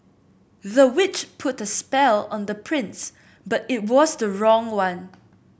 the witch put a spell on the prince but it was the wrong one